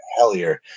hellier